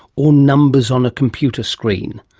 or numbers on a computer screen?